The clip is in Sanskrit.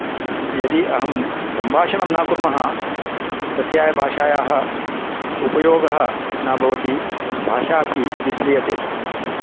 यदि अहं सम्भाषणं न कुर्मः तस्याः भाषायाः उपयोगः न भवति भाषा अपि विस्म्रियते